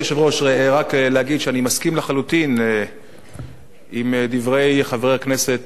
רק להגיד שאני מסכים לחלוטין עם דברי חבר הכנסת חנין.